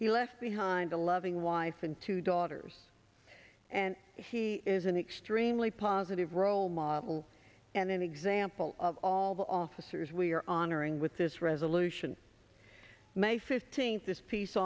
he left behind a loving wife and two daughters and he is an extremely positive role model and an example of all the officers we're honoring with this resolution may fifteenth this peace